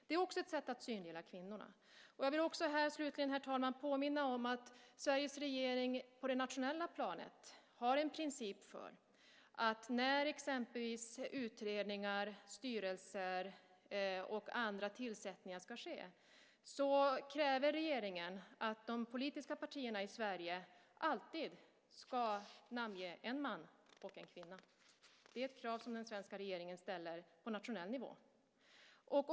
Det är också ett sätt att synliggöra kvinnorna. Herr talman! Slutligen vill jag påminna om att Sveriges regering på det nationella planet har en princip för att när exempelvis tillsättningar till utredningar och styrelser ska ske kräva att de politiska partierna i Sverige alltid ska namnge en man och en kvinna. Det är ett krav som den svenska regeringen ställer på nationell nivå.